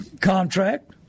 contract